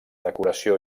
decoració